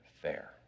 fair